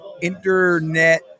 internet